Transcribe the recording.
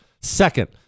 Second